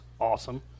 awesome